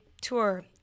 tour